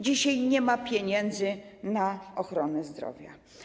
Dzisiaj nie ma pieniędzy na ochronę zdrowia.